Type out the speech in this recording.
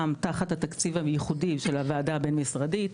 תחת התקציב הייחודי של הוועדה הבין משרדית,